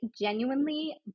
genuinely